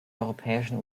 europäischen